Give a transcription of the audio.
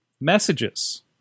messages